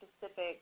specific